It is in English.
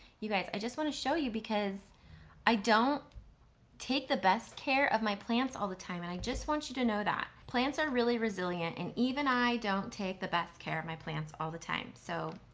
you guys, i just wanna show you because i don't take the best care of my plants all the time and i just want you to know that plants are really resilient and even i don't take the best care of my plants all the time. so,